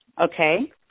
Okay